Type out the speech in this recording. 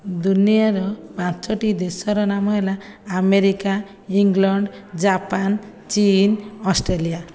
ଦୁନିଆର ପାଞ୍ଚୋଟି ଦେଶର ନାମ ହେଲା ଆମେରିକା ଇଂଲଣ୍ଡ ଜାପାନ ଚୀନ ଅଷ୍ଟ୍ରେଲିଆ